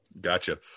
Gotcha